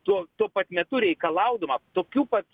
tuo tuo pat metu reikalaudama tokių pat